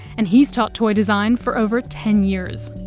and he has taught toy design for over ten years.